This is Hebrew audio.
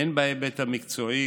הן בהיבט המקצועי,